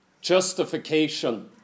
justification